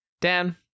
dan